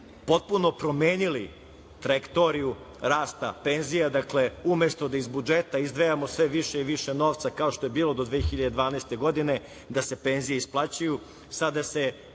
potpuno promenili trajektoriju rasta penzija. Dakle, umesto da iz budžeta izdvajamo sve više i više novca, kao što je bilo do 2012. godine, da se penzije isplaćuju, sada se